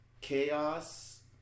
Chaos